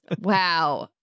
wow